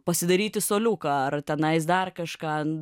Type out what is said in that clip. pasidaryti suoliuką ar tenais dar kažką